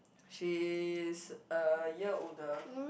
she's a year older